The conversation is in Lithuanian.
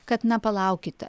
kad na palaukite